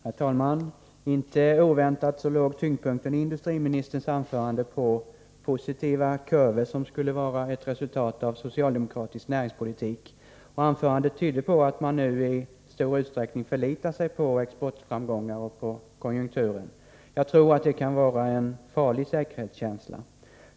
Herr talman! Inte oväntat låg tyngdpunkten i industriministerns anförande på positiva kurvor, som skulle vara ett resultat av socialdemokratisk näringspolitik. Anförandet tydde på att man nu i stor utsträckning förlitar sig på exportframgångar och på konjunkturen. Jag tror det kan vara en farlig säkerhetskänsla.